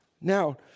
Now